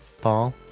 Paul